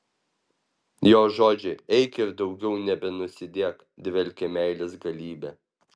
jo žodžiai eik ir daugiau nebenusidėk dvelkia meilės galybe